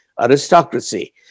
aristocracy